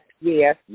Yes